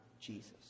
Jesus